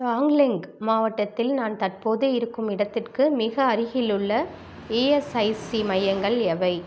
லாங்லேங் மாவட்டத்தில் நான் தற்போது இருக்கும் இடத்திற்கு மிக அருகிலுள்ள இஎஸ்ஐசி மையங்கள் எவை